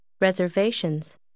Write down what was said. Reservations